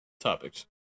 topics